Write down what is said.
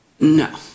No